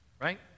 Right